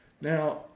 Now